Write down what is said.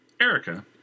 Erica